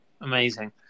Amazing